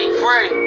free